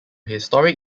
historic